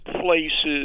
places